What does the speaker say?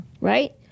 right